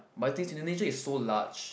but you think Indonesia is so large